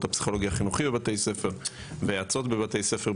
הפסיכולוגי החינוכי בבתי הספר ויועצות בבתי ספר,